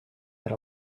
that